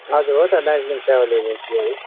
हजुर हो त दार्जिलिङ ट्राभेलिङ एजेन्सीबाटै